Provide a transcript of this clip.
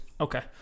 okay